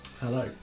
Hello